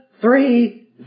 three